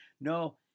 No